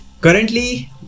Currently